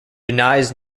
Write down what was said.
denies